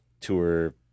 tour